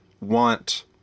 want